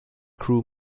crew